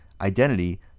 identity